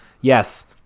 yes